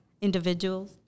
individuals